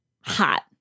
hot